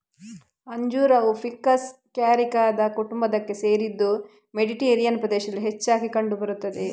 ಅಂಜೂರವು ficus ಕ್ಯಾರಿಕಾದ ಕುಟುಂಬಕ್ಕೆ ಸೇರಿದ್ದು ಮೆಡಿಟೇರಿಯನ್ ಪ್ರದೇಶದಲ್ಲಿ ಹೆಚ್ಚಾಗಿ ಕಂಡು ಬರುತ್ತದೆ